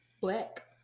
Black